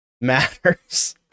matters